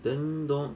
then don't